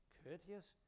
courteous